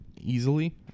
easily